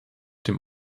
dem